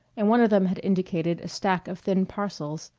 and one of them had indicated a stack of thin parcels,